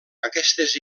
aquestes